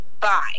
bye